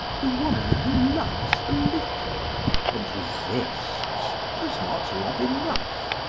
the woman who loves a little and resists does not love enough,